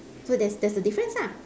so there's there's a difference ah